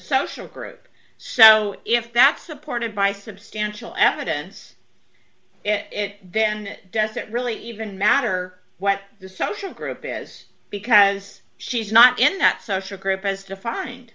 social group so if that's supported by substantial evidence then doesn't really even matter what the social group is because she's not in that social group as defined